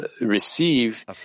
receive